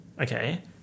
Okay